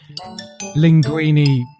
Linguini